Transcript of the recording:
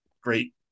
Great